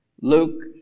Luke